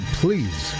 please